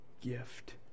gift